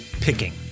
picking